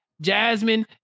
Jasmine